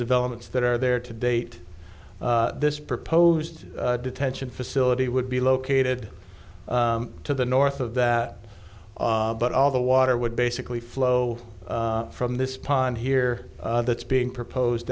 developments that are there to date this proposed detention facility would be located to the north of that but all the water would basically flow from this pond here that's being proposed